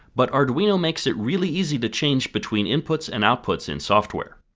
but arduino makes it really easy to change between inputs and outputs in software.